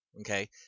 okay